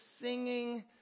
singing